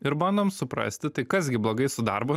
ir bandom suprasti tai kas gi blogai su darbu